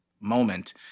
moment